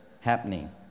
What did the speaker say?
happening